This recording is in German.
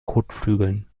kotflügeln